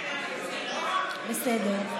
בסדר.